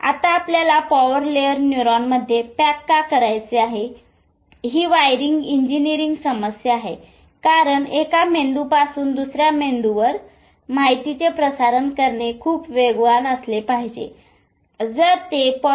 आता आपल्याला power layer न्यूरॉनमध्ये पॅक का करायचे आहे ही वायरिंग इंजिनीअरिंग समस्या आहे कारण एका बिंदूपासून दुसर्या बिंदूवर माहितीचे प्रसारण करणे खूप वेगवान असले पाहिजे जर ते 0